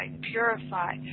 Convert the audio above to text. purify